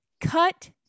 cut